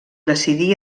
decidí